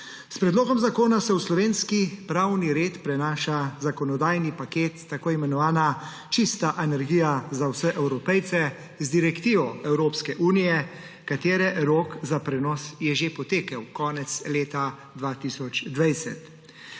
S predlogom zakona se v slovenski pravni red prenaša zakonodajni paket Čista energija za vse Evropejce z direktivo Evropske unije, katere rok za prenos je že potekel konec leta 2020.